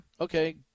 okay